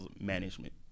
management